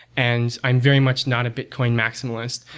and i'm very much not a bitcoin maximalist.